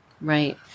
Right